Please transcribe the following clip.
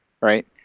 right